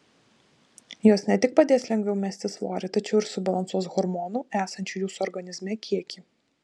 jos ne tik padės lengviau mesti svorį tačiau ir subalansuos hormonų esančių jūsų organizme kiekį